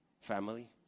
family